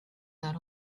that